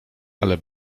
ale